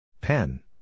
Pen